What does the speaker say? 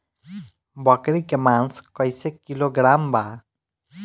बकरी के मांस कईसे किलोग्राम बा?